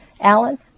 Alan